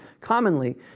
commonly